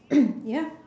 ya